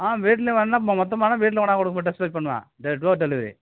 ஆ வீட்டில் வேணுனால் மொத்தமானால் வீட்டில் கொண்டாந்து கொடுப்போம் டோர் டெலிவரி